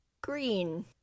Green